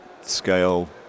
scale